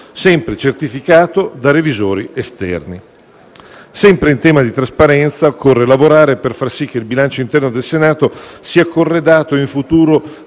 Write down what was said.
sempre certificato da revisori esterni. Sempre in tema di trasparenza, occorre lavorare per far sì che il bilancio interno del Senato sia corredato in futuro